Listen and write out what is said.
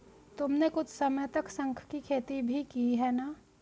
तुमने कुछ समय तक शंख की खेती भी की है ना?